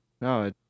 No